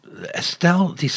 Estelle